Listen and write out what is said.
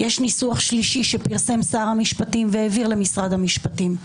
יש ניסוח שלישי שפרסם שר המשפטים והעביר למשרד המשפטים.